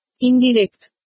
Indirect